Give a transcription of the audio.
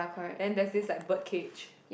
then there's this like bird cage